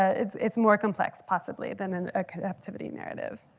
ah it's it's more complex possibly than in ah captivity narrative.